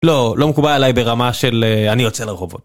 לא, לא מקובל עליי ברמה של אני יוצא לרחובות.